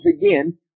again